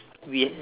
green